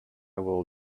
will